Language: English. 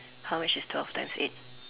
how much is twelve times eight